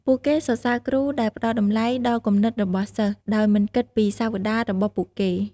ពួកគេសរសើរគ្រូដែលផ្តល់តម្លៃដល់គំនិតរបស់សិស្ស ដោយមិនគិតពីសាវតារបស់ពួកគេ។